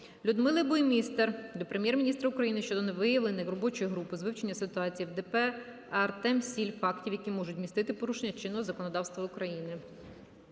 Людмили Буймістер до Прем'єр-міністра України щодо виявлених робочою групою з вивчення ситуації на ДП "Артемсіль" фактів, які можуть містити порушення чинного законодавства України.